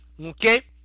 Okay